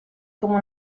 come